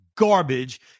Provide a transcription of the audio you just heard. garbage